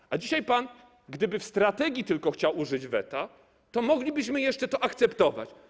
A gdyby dzisiaj pan w strategii tylko chciał użyć weta, to moglibyśmy jeszcze to akceptować.